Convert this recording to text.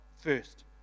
first